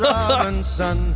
Robinson